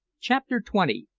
chapter twenty.